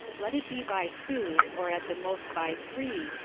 let it be by two, or at the most by three,